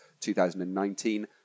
2019